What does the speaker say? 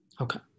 Okay